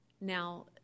Now